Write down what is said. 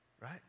right